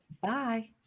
bye